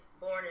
born